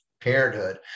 parenthood